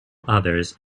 others